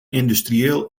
industrieel